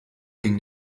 ging